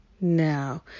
now